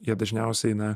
jie dažniausiai na